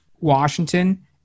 Washington